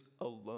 alone